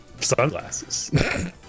sunglasses